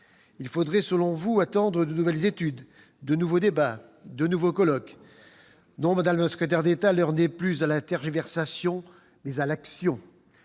pourtant, selon vous, attendre de nouvelles études, de nouveaux débats, de nouveaux colloques ... Non, madame la secrétaire d'État, l'heure n'est plus à la tergiversation ; elle est à l'action